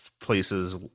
places